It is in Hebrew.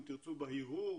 בהרהור